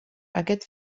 aquest